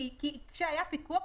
כשהיה פיקוח,